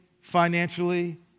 financially